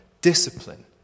discipline